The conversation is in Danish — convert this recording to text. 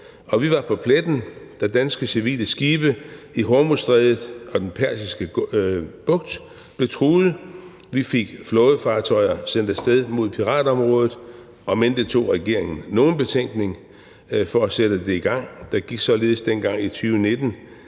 og vi var på pletten, da danske civile skibe i Hormuzstrædet og Den Persiske Bugt blev truet. Vi fik flådefartøjer sendt af sted mod piratområdet, om end det tog regeringen nogen betænkning for at sætte det i gang. Der gik således dengang i 2019